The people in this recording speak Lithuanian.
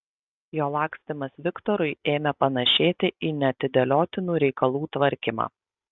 jo lakstymas viktorui ėmė panašėti į neatidėliotinų reikalų tvarkymą